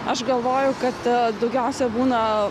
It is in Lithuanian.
aš galvoju kad daugiausia būna